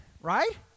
right